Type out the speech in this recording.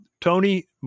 Tony